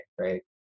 right